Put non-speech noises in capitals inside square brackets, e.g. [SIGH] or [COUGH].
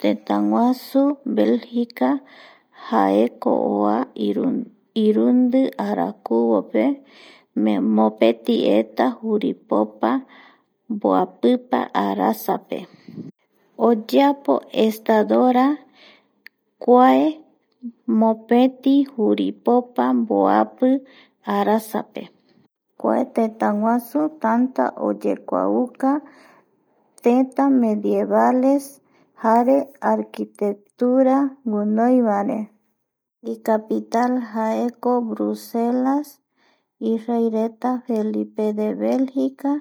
Tëtágusu Belgica jaeko oa [HESITATION] irundi arakuvope [HESITATION] mopeti eta juripopa mboapipa arasape, oyeapo Estadora kua mopeti mboapi arasape kua tetaguasu tanta oyekuauka teta medievales jare [NOISE] arquitectura guinoi vaere icapital [NOISE] jaeko brucela ireyreta Felipe de belgica